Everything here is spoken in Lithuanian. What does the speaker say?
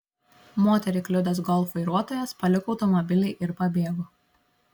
moterį kliudęs golf vairuotojas paliko automobilį ir pabėgo